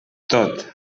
tot